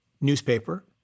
newspaper